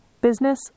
business